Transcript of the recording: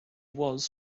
was